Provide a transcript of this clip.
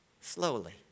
slowly